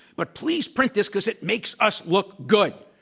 but please print this because it makes us look good.